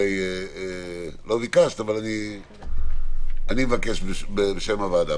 אבל אני מבקש בשם הוועדה.